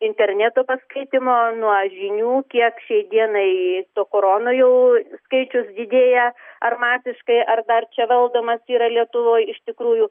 interneto paskaitymo nuo žinių kiek šiai dienai to korona jau skaičius didėja ar masiškai ar dar čia valdomas yra lietuvoj iš tikrųjų